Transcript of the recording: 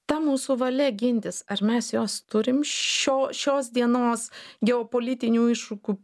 ta mūsų valia gintis ar mes jos turim šio šios dienos geopolitinių iššūkių